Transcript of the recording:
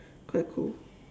quite cool